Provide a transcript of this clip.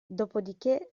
dopodiché